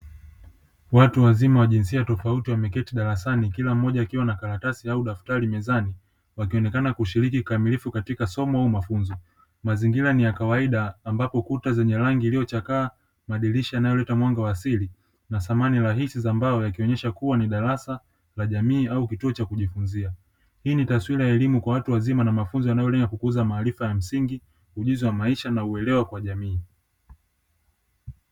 Watu wazima wa jinsia tofauti wameketi darasani kila mmoja akiwa na karatasi au daftari mezani, wakionekana kushiriki kikamilifu katika somo au mafunzo. Mazingira ni ya kawaida ambapo kuta zenye rangi iliyochakaa, madirisha yanayoleta mwanga wa asili na samani rahisi za mbao yakionyesha kuwa ni darasa la jamii au kituo cha kujifunzia. Hii ni taswira ya elimu kwa watu wazina na mafunzo yanayolea kukuza maarifa ya msingi, ujuzi wa maisha na uelewa kwa jamii.